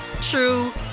true